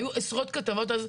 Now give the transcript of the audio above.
היו עשרות כתבות על זה,